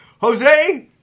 Jose